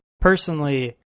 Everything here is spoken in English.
personally